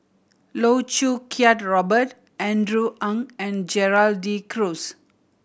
Loh Choo Kiat Robert Andrew Ang and Gerald De Cruz